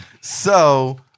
So-